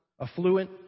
affluent